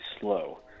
slow